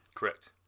Correct